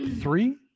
three